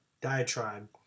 diatribe